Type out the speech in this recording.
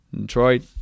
Detroit